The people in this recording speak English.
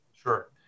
Sure